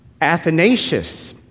Athanasius